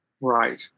Right